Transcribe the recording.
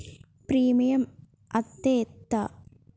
Premium అత్తే ఎంత?